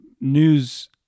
news